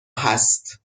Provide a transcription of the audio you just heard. هست